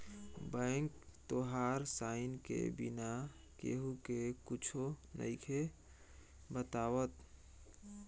bank तोहार sign के बिना केहु के कुच्छो नइखे बतावत